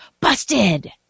busted